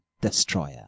destroyer